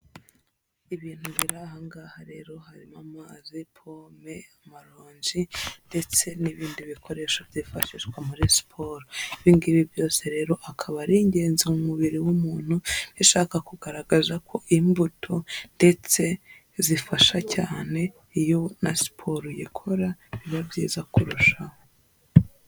Ibintu biri aha ngaha rero harimo amazi, pome, amaronji ndetse n'ibindi bikoresho byifashishwa muri siporo, ibi ngibi byose rero akaba ari ingenzi mu mubiri w'umuntu, bishaka kugaragaza ko imbuto ndetse zifasha cyane iyo na siporo uyikora biba byiza kurushaho.